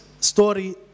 story